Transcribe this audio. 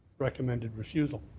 recommended refusal,